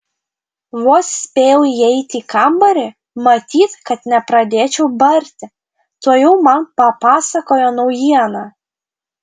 vos spėjau įeiti į kambarį matyt kad nepradėčiau barti tuojau man papasakojo naujieną